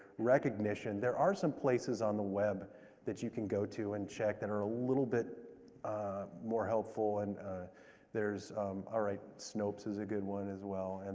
recognition. there are some places on the web that you can go to and check that are a little bit more helpful, and there is, all right, snopes is a good one, as well, and